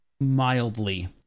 mildly